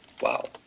Wow